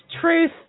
truth